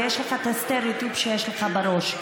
ויש לך את הסטריאוטיפ שיש לך בראש.